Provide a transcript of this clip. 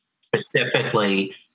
specifically